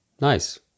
nice